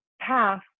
path